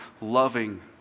loving